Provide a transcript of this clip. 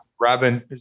Robin